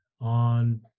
on